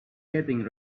getting